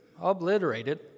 obliterated